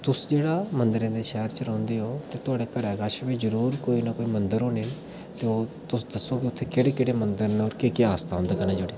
तुस जेह्ड़ा मंदरें दे शैह्र रौंह्दे ओ उत्थें थोआढ़े घरै कश बी जरूर कोई ना कोई मंदर होने ते तुस दस्सो कि उत्थें केह्ड़े केह्ड़े मंदर न होर केह् आस्था उं'दे कन्नै जुड़ी दी